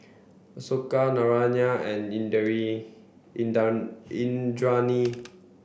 Ashoka Narayana and Indranee